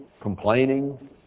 Complaining